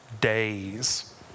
days